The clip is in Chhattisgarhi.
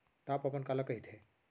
टॉप अपन काला कहिथे?